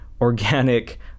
organic